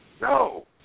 No